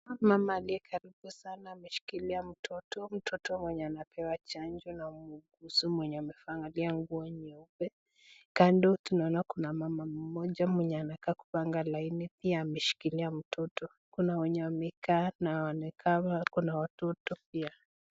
Mama aliyekaribu sana ameshikilia mtoto, mtoto mwenye anapewa chanjo na muuguzi mwenye amevalia nguo nyeupe. Kando tunaona kuna mama mmoja mwenye anakaa kupanga laini pia ameshikilia mtoto, kuna wenye wamekaa na wame cover kuna watoto pia.